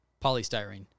polystyrene